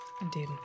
Indeed